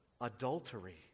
adultery